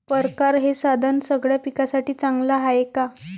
परकारं हे साधन सगळ्या पिकासाठी चांगलं हाये का?